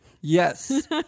Yes